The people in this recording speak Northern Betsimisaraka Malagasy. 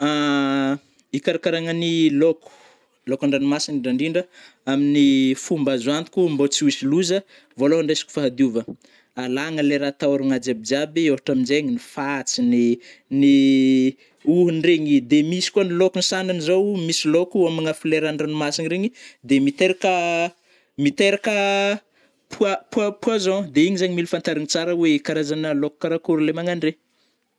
Hikarkaragna ny laoko, laoko an-dranomasigny ndrindrandrindra, amin'ny fomba azo antoko mbo tsy ho isy loza, vôlôhany resaka fanadiova, alagna le rah atahôragna jiaby-jiaby, ôhatra aminjegny ny fantsigny, ny hohony regny de misy koa ny laoko ny sandrany zô misy laoko hômagna folerandragnomasigny regny de miteraka, miteraka poi-poi-poison, de igny zegny mila fantarigny tsara oe karazagna laoko karakory le magnandregny.